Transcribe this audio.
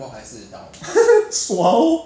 !aiyo! 我要读我 two zero one six eh 我还没有读完 eh